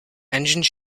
engine